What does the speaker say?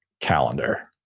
calendar